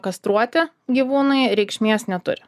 kastruoti gyvūnai reikšmės neturi